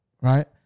right